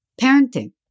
parenting